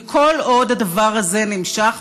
וכל עוד הדבר הזה נמשך,